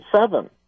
seven